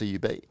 CUB